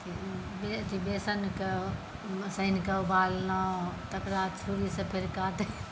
अथी बेसनकेँ सानि कऽ उबाललहुँ तकरा छुरीसँ फेर काटलहुँ